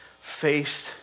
faced